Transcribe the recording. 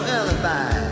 alibi